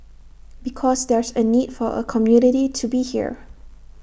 because there's A need for A community to be here